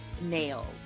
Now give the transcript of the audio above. nails